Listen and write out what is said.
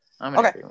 Okay